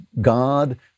God